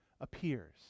appears